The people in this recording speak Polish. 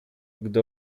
gdy